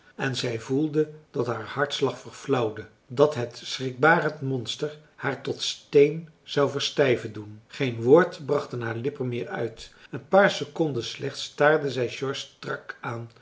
en zij voelde dat haar hartslag verflauwde dat het schrikbarend monster haar tot steen zou verstijven doen geen woord brachten haar lippen meer uit een paar seconden slechts staarde zij george strak aan